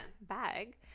bag